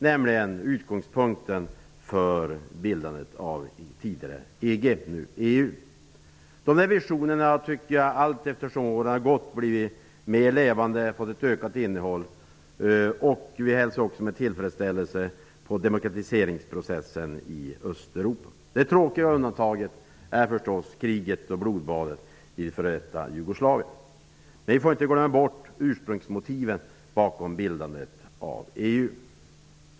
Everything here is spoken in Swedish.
Det var utgångspunkten för bildandet av det tidigare EG, nu EU. Den visionen har, tycker jag, blivit mer levande och fått ett ökat innehåll allteftersom åren har gått. Vi hälsar också demokratiseringsprocessen i Östeuropa med tillfredsställelse. Det tråkiga undantaget är naturligtvis kriget och blodbadet i f.d. Jugoslavien. Vi får inte glömma bort ursprungsmotivet bakom bildandet av EU.